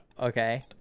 okay